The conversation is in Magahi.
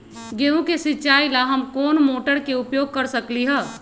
गेंहू के सिचाई ला हम कोंन मोटर के उपयोग कर सकली ह?